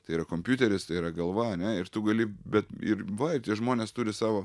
tai yra kompiuteris tai yra galva ane ir tu gali bet ir va ir tie žmonės turi savo